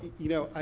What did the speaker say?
you know,